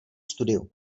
studiu